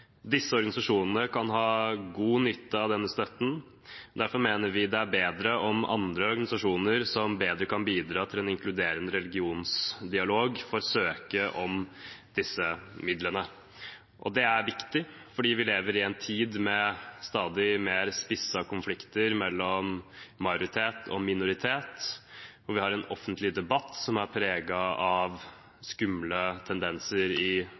Disse organisasjonene kan ha god nytte av denne støtten, og derfor mener vi det er bedre om organisasjoner som bedre kan bidra til en inkluderende religionsdialog, får søke om disse midlene. Det er viktig fordi vi lever i en tid med stadig mer spissete konflikter mellom majoritet og minoritet, og hvor vi har en offentlig debatt som er preget av skumle tendenser i